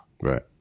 Right